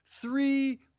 three